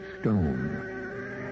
stone